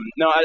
no